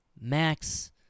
Max